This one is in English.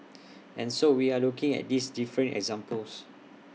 and so we are looking at these different examples